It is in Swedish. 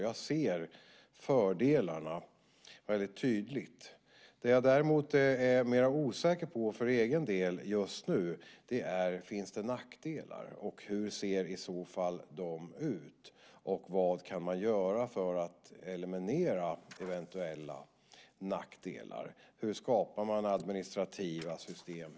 Jag ser fördelarna väldigt tydligt. Det jag däremot är mer osäker på för egen del just nu är om det finns nackdelar. Hur ser i så fall de ut och vad kan man göra för att eliminera eventuella nackdelar? Hur skapar man administrativa system?